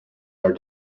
are